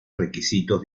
requisitos